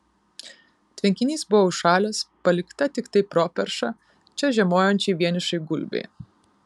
tvenkinys buvo užšalęs palikta tiktai properša čia žiemojančiai vienišai gulbei